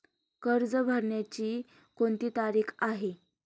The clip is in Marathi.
कर्ज भरण्याची कोणती तारीख आहे?